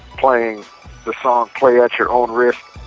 playing the song play at your own risk.